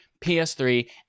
PS3